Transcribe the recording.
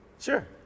sure